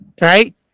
right